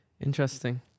interesting